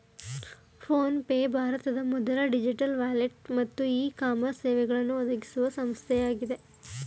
phone pay ಭಾರತದ ಮೊದಲ digital wallet ಮತ್ತು ಇ ಕಾಮರ್ಸ್ ಸೇವೆಗಳನ್ನು ಒದಗಿಸುವ ಸಂಸ್ಥೆಯಾಗಿದೆ